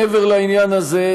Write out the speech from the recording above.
מעבר לעניין הזה,